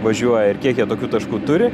važiuoja ir kiek jie tokių taškų turi